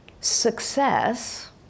Success